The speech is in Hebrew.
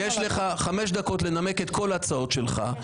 יש לך חמש דקות לנמק את כל ההצעות שלך.